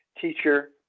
teacher